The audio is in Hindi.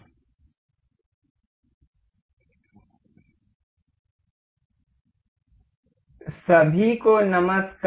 असेंबली ड्राइंग सभी को नमस्कार